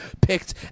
picked